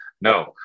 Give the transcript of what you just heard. no